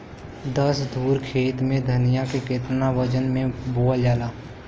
दस धुर खेत में धनिया के केतना वजन मे बोवल जाला?